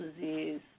disease